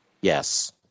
Yes